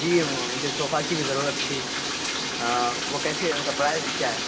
جی مجھے صوفہ کی بھی ضرورت تھی وہ کیسے ان کا پرائز کیا ہے